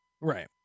Right